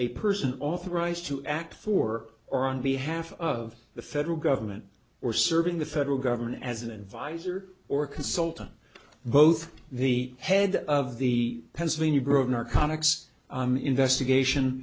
a person authorized to act for or on behalf of the federal government or serving the federal government as an advisor or consultant both the head of the pennsylvania grosvenor conics investigation